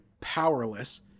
powerless